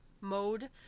mode